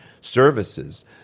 services